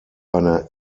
eine